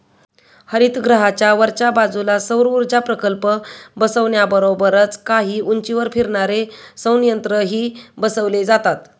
हरितगृहाच्या वरच्या बाजूला सौरऊर्जा प्रकल्प बसवण्याबरोबरच काही उंचीवर फिरणारे संयंत्रही बसवले जातात